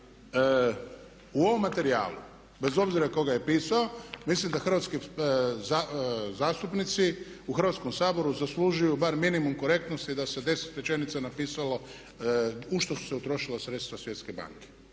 u ovom materijalu bez obzira tko ga je pisao mislim da hrvatski zastupnici u Hrvatskom saboru zaslužuju barem minimum korektnosti da se 10 rečenica napisalo u što su se utrošila sredstva Svjetske banke.